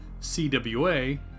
CWA